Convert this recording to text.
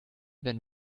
wenn